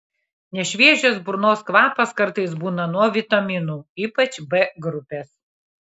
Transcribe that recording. nešviežias burnos kvapas kartais būna nuo vitaminų ypač b grupės